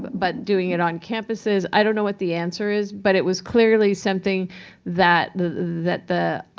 but doing it on campuses. i don't know what the answer is. but it was clearly something that the that the